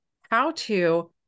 how-to